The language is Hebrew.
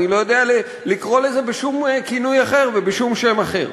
אני לא יודע לקרוא לזה בשום כינוי אחר ובשום שם אחר.